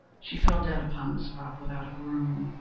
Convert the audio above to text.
she fell dead upon the spot, without a groan.